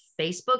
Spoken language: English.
Facebook